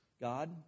God